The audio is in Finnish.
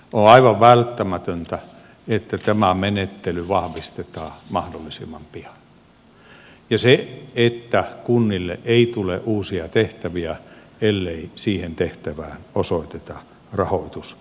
on aivan välttämätöntä että tämä menettely vahvistetaan mahdollisimman pian ja että kunnille ei tule uusia tehtäviä ellei siihen tehtävään osoiteta rahoitus täysimääräisesti